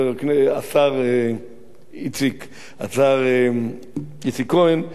השר איציק כהן,